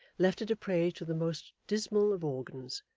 left it a prey to the most dismal of organs,